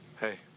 hey